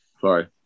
Sorry